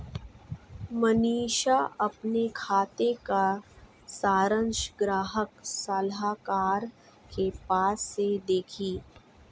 मनीषा अपने खाते का सारांश ग्राहक सलाहकार के पास से देखी